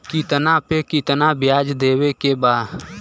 कितना पे कितना व्याज देवे के बा?